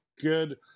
good